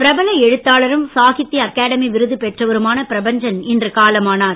பிரபல எழுத்தாளரும் சாகித்ய அகாடமி விருது பெற்றவருமான பிரபஞ்சன் இன்று காலமானார்